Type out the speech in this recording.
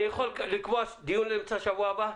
אני יכול לקבוע דיון לאמצע השבוע הבא?